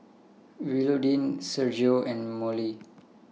Willodean Sergio and Mollie